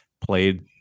played